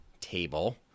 table